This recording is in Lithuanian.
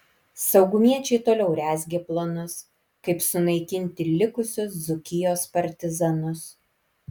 saugumiečiai toliau rezgė planus kaip sunaikinti likusius dzūkijos partizanus